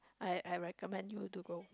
I I recommend you to go